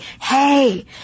hey